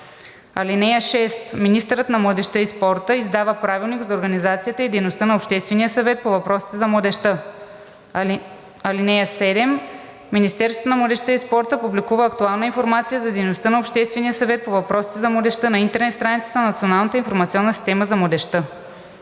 (6) Министърът на младежта и спорта издава правилник за организацията и дейността на Обществения съвет по въпросите за младежта. (7) Министерството на младежта и спорта публикува актуална информация за дейността на Обществения съвет по въпросите за младежта на интернет страницата на Националната информационна система за младежта.“